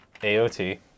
AOT